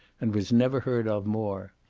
and was never heard of more.